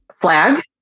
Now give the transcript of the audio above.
flag